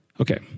Okay